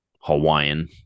Hawaiian